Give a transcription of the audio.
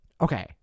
Okay